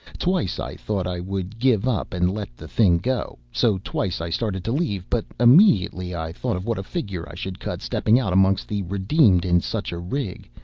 twice i thought i would give up and let the thing go so twice i started to leave, but immediately i thought what a figure i should cut stepping out amongst the redeemed in such a rig,